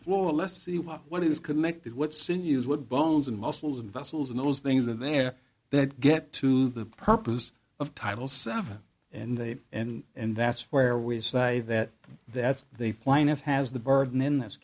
floor let's see what what is connected what sinews what bones and muscles and vessels and those things are there that get to the purpose of title seven and eight and that's where we say that that's the plaintiff has the burden in this